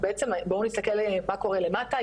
ובעצם בואו נסתכל על מה שקורה למטה,